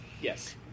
Yes